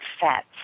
fats